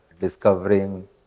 discovering